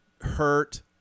hurt